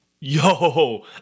Yo